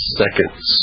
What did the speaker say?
seconds